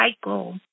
cycle